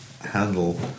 handle